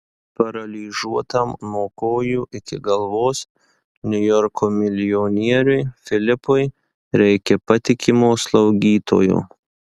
paralyžiuotam nuo kojų iki galvos niujorko milijonieriui filipui reikia patikimo slaugytojo